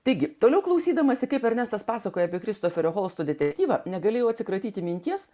taigi toliau klausydamasi kaip ernestas pasakoja apie kristoferio holsto detektyvą negalėjau atsikratyti minties